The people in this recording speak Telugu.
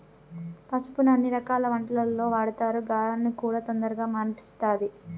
పసుపును అన్ని రకాల వంటలల్లో వాడతారు, గాయాలను కూడా తొందరగా మాన్పిస్తది